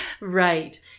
right